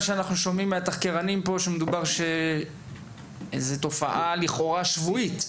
שאנחנו שומעים מהתחקירנים שמדובר לכאורה בתופעה שבועית.